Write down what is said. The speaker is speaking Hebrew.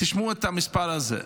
תשמעו את המספר הזה: